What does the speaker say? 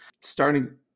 starting